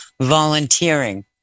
volunteering